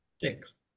Six